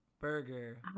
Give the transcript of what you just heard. Burger